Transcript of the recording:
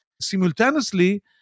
simultaneously